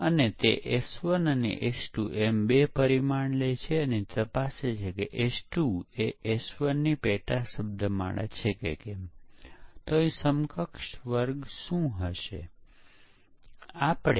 તેથી ત્યારે પરીક્ષણ બંધ કરી શકાય છે જોકે તે ચોક્કસ એપ્લિકેશન પર આધારિત છે કે જેના માટે સોફ્ટવેર વિકસિત કરવામાં આવી રહ્યું છે પરંતુ કેટલુ પરીક્ષણ કરવું તે જાણવાની અન્ય રીતો પણ છે